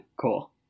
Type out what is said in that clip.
Cool